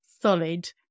solid